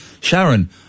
Sharon